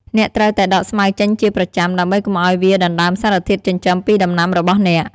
អ្នកត្រូវតែដកស្មៅចេញជាប្រចាំ ដើម្បីកុំឱ្យវាដណ្តើមសារធាតុចិញ្ចឹមពីដំណាំរបស់អ្នក។